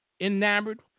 enamored